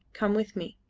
come with me.